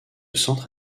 centre